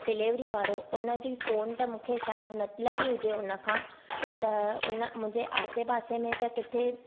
delivery वारो उनजी phone त मूंखे शायदि न लॻी हुजे हुन खां त हुन मुंहिंजे आसे पासे में त किथे